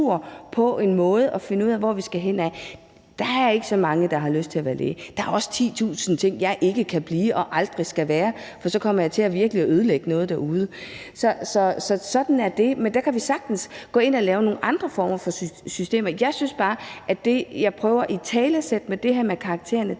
måde til at finde ud af, hvor vi skal hen. Der er ikke så mange, der har lyst til at være læge. Der er også 10.000 ting, jeg ikke kan blive og aldrig skal være, for så kommer jeg til virkelig at ødelægge noget derude. Så sådan er det. Men der kan vi sagtens gå ind og lave nogle andre former for systemer. Det, jeg prøver at italesætte med det med karaktererne,